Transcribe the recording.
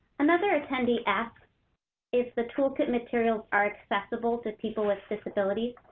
another attendee asks if the toolkit materials are accessible to people with disabilities.